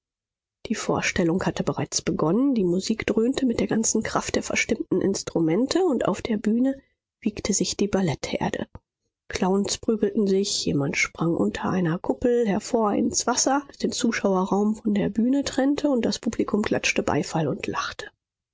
die vorstellung hatte bereits begonnen die musik dröhnte mit der ganzen kraft der verstimmten instrumente und auf der bühne wiegte sich die ballettherde clowns prügelten sich jemand sprang unter einer kuppel hervor ins wasser das den zuschauerraum von der bühne trennte und das publikum klatschte beifall und lachte